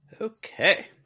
Okay